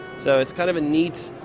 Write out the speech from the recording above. so it's kind of a neat